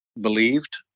believed